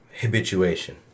habituation